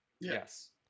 Yes